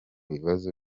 bibazo